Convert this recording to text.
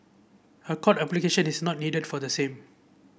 a court application is not needed for the same